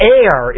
air